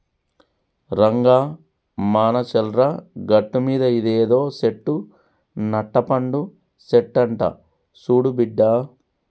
రంగా మానచర్ల గట్టుమీద ఇదేదో సెట్టు నట్టపండు సెట్టంట సూడు బిడ్డా